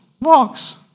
walks